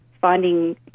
finding